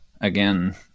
again